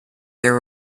there